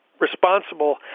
responsible